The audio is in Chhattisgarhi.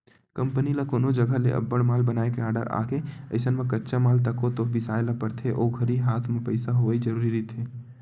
कंपनी ल कोनो जघा ले अब्बड़ माल बनाए के आरडर आगे अइसन म कच्चा माल तको तो बिसाय ल परथे ओ घरी हात म पइसा होवई जरुरी रहिथे